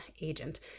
agent